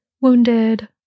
wounded